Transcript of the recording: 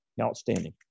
Outstanding